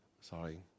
Sorry